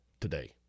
today